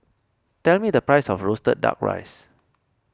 tell me the price of Roasted Duck Rice